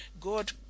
God